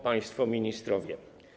Państwo Ministrowie!